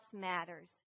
matters